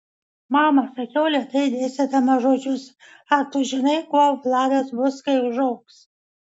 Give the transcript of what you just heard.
mama sakiau lėtai dėstydama žodžius ar tu žinai kuo vladas bus kai užaugs